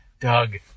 Doug